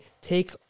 take